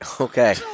okay